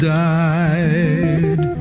died